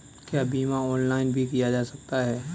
क्या बीमा ऑनलाइन भी किया जा सकता है?